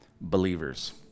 believers